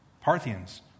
Parthians